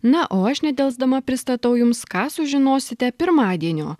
na o aš nedelsdama pristatau jums ką sužinosite pirmadienio